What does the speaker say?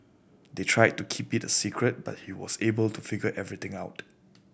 they tried to keep it a secret but he was able to figure everything out